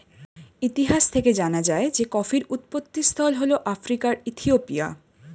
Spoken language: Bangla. ইতিহাস থেকে জানা যায় যে কফির উৎপত্তিস্থল হল আফ্রিকার ইথিওপিয়া